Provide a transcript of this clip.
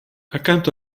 accanto